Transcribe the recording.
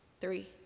Three